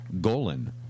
Golan